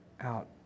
out